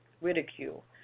ridicule